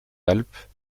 alpes